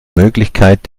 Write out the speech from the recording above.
möglichkeit